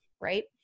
right